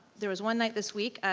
there was one night this week,